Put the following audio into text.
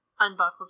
unbuckles